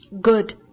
Good